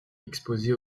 exposée